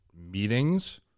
meetings